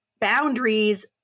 boundaries